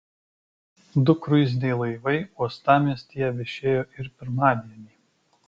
du kruiziniai laivai uostamiestyje viešėjo ir pirmadienį